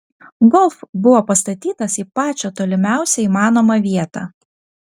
golf buvo pastatytas į pačią tolimiausią įmanomą vietą